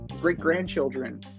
great-grandchildren